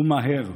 ומהר.